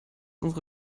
unsere